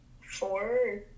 four